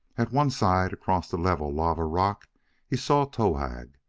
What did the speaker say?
at one side, across the level lava rock he saw towahg.